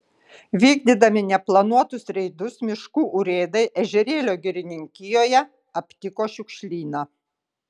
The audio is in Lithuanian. vykdydami neplanuotus reidus miškų urėdai ežerėlio girininkijoje aptiko šiukšlyną